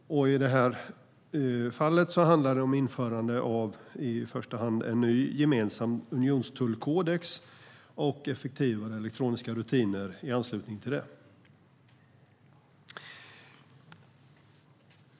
I detta fall handlar det om införande av i första hand en ny gemensam unionstullkodex och effektivare elektroniska rutiner i anslutning till det.